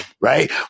right